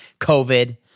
COVID